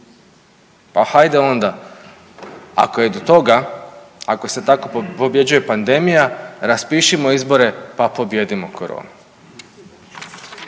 je do toga, ako se tako pobjeđuje pandemija, raspišimo izbore pa pobijedimo koronu.